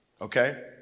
okay